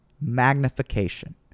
Magnification